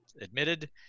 admitted